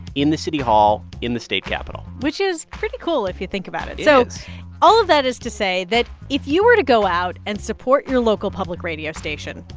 in the city hall, in the state capital which is pretty cool if you think about it it is so all of that is to say that if you were to go out and support your local public radio station,